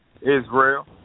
Israel